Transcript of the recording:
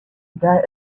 die